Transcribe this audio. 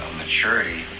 maturity